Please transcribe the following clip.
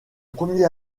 premier